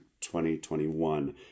2021